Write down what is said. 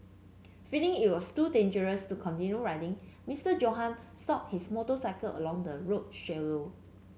feeling it was too dangerous to continue riding Mister Johann stopped his motorcycle along the road